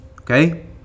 Okay